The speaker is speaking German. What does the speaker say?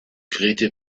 grete